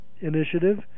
initiative